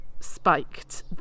spiked